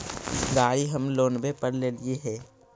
गाड़ी हम लोनवे पर लेलिऐ हे?